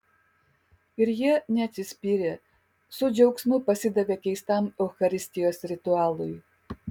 ir jie neatsispyrė su džiaugsmu pasidavė keistam eucharistijos ritualui